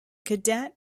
cadet